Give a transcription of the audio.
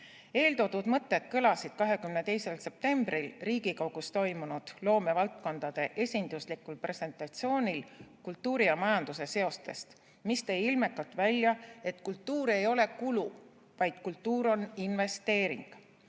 Eeltoodud mõtted kõlasid 22. septembril Riigikogus toimunud loomevaldkondade esinduslikul presentatsioonil kultuuri ja majanduse seostest, mis tõi ilmekalt välja, et kultuur ei ole kulu, vaid kultuur on investeering.